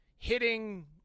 Hitting